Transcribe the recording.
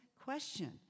question